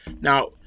Now